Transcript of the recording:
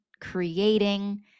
creating